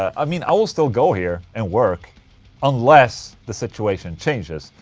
i mean, i will still go here and work unless the situation changes,